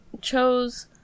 chose